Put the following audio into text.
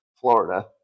Florida